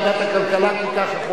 ותועבר לוועדת הכלכלה להכנתה לקריאה,